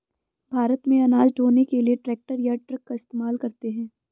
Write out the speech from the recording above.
भारत में अनाज ढ़ोने के लिए ट्रैक्टर या ट्रक का इस्तेमाल करते हैं